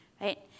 right